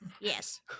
Yes